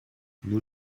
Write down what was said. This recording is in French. nous